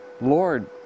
Lord